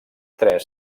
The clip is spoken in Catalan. tres